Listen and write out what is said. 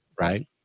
Right